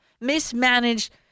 mismanaged